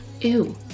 Ew